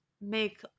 make